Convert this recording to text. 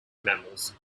mammals